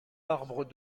arbre